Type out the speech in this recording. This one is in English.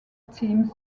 teams